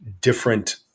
different